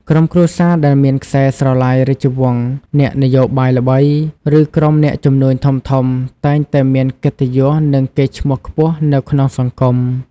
ក្រុមគ្រួសារដែលមានខ្សែស្រឡាយរាជវង្ស អ្នកនយោបាយល្បី ឬក្រុមអ្នកជំនួញធំៗតែងតែមានកិត្តិយសនិងកេរ្តិ៍ឈ្មោះខ្ពស់នៅក្នុងសង្គម។